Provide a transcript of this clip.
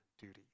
duty